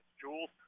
Jules